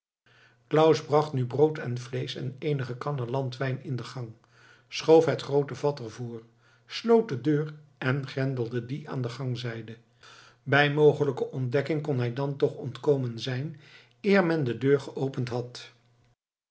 claus bracht nu brood en vleesch en eenige kannen landwijn in de gang schoof het groote vat er voor sloot de deur en grendelde die aan de gangzijde bij mogelijke ontdekking kon hij dan toch ontkomen zijn eer men de deur geopend had